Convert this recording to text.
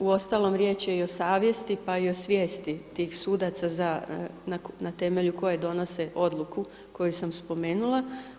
Uostalom riječ je i o savjesti pa i o svijesti tih sudaca na temelju koje donose odluku koju sam spomenula.